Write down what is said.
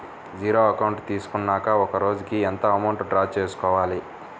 Zero account తీసుకున్నాక ఒక రోజుకి ఎంత అమౌంట్ డ్రా చేసుకోవాలి?